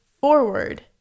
forward